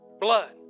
blood